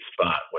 spot